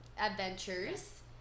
adventures